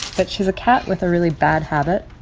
but she's a cat with a really bad habit.